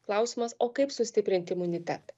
klausimas o kaip sustiprinti imunitetą